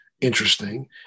interesting